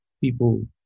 people